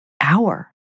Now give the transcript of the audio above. hour